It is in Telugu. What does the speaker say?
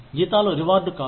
జీతాలు రివార్డు కాదు